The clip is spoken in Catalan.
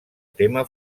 tema